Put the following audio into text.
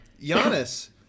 Giannis